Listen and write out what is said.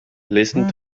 listened